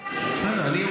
תקרא גם את הסעיף,